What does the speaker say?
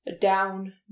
down